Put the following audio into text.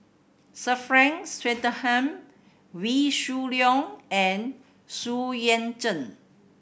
Sir Frank Swettenham Wee Shoo Leong and Xu Yuan Zhen